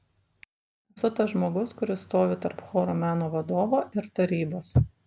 esu tas žmogus kuris stovi tarp choro meno vadovo ir tarybos